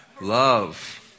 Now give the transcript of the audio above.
Love